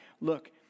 Look